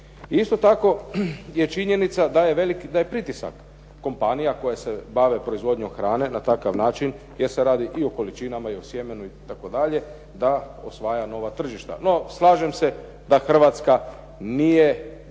Isto tako je činjenica da je velik taj pritisak kompanija koje se bave proizvodnjom hrane na takav način, jer se radi i o količinama i o sjemenu itd., da osvaja nova tržišta. No slažem se da Hrvatska nije